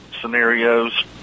scenarios